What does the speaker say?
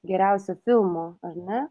geriausio filmo ar ne